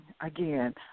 again